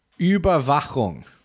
Überwachung